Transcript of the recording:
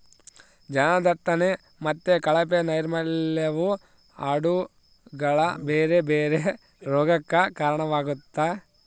ಜನದಟ್ಟಣೆ ಮತ್ತೆ ಕಳಪೆ ನೈರ್ಮಲ್ಯವು ಆಡುಗಳ ಬೇರೆ ಬೇರೆ ರೋಗಗಕ್ಕ ಕಾರಣವಾಗ್ತತೆ